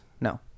no